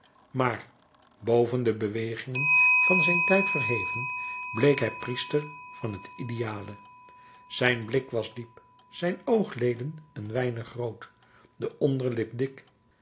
maar boven de bewegingen van zijn tijd verheven bleek hij priester van het ideale zijn blik was diep zijne oogleden een weinig rood de onderlip dik